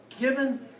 given